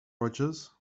rogers